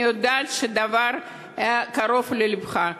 אני יודעת שהדבר קרוב ללבך,